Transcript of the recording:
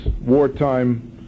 wartime